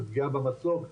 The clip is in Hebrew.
של פגיעה במצוק,